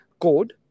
code